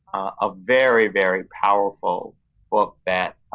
a very, very powerful book that